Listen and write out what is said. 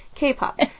k-pop